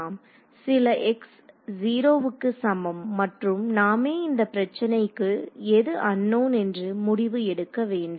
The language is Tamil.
சில x 0 க்கு சமம் மற்றும் நாமே இந்த பிரச்சனைக்கு எது அன்நோன் என்று முடிவெடுக்க வேண்டும்